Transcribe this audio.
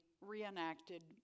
reenacted